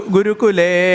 Gurukule